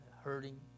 hurting